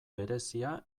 berezia